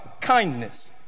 kindness